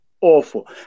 awful